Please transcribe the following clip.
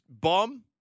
bum